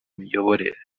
miyoborere